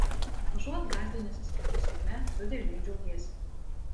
užuot gąsdinęsis kitų sėkme tu dėl jų džiaugiesi